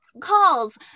calls